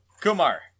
Kumar